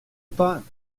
pas